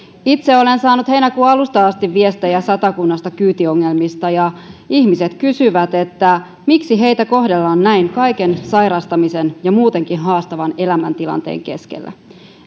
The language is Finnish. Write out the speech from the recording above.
itse olen olen saanut heinäkuun alusta asti viestejä satakunnasta kyytiongelmista ja ihmiset kysyvät miksi heitä kohdellaan näin kaiken sairastamisen ja muutenkin haastavan elämäntilanteen keskellä